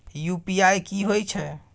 UPI की होय छै?